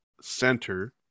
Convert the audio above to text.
center